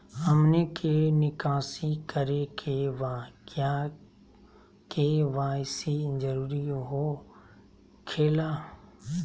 हमनी के निकासी करे के बा क्या के.वाई.सी जरूरी हो खेला?